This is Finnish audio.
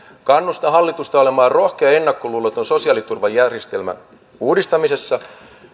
kannustan hallitusta olemaan rohkea ja ennakkoluuloton sosiaaliturvajärjestelmän uudistamisessa